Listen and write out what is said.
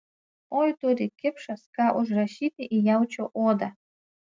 oi turi kipšas ką užrašyti į jaučio odą